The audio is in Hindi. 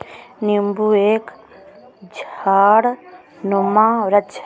नींबू एक झाड़नुमा वृक्ष है